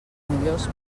millors